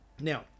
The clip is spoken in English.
Now